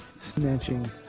snatching